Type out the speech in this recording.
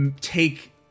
take